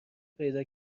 پیدا